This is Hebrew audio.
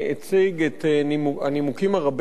אדוני היושב-ראש,